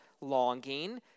longing